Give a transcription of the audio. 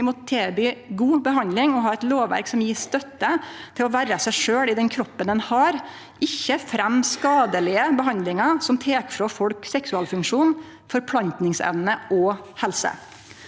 Vi må tilby god behandling og ha eit lovverk som gjev støtte til å vere seg sjølv i den kroppen ein har, ikkje fremje skadelege behandlingar som tek frå folk seksualfunksjon, forplantningsevne og helse.